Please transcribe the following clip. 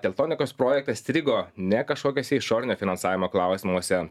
teltonikos projektas strigo ne kažkokiuose išorinio finansavimo klausimuose